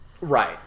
Right